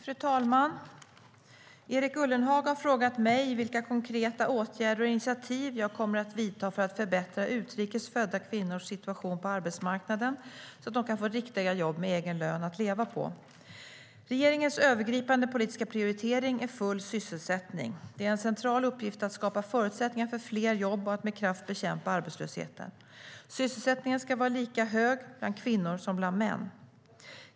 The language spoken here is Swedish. Fru talman! Erik Ullenhag har frågat mig vilka konkreta åtgärder och initiativ jag kommer att vidta för att förbättra utrikes födda kvinnors situation på arbetsmarknaden så att de kan få riktiga jobb med egen lön att leva på. Regeringens övergripande politiska prioritering är full sysselsättning. Det är en central uppgift att skapa förutsättningar för fler jobb och att med kraft bekämpa arbetslösheten. Sysselsättningen ska vara lika hög bland kvinnor som bland män.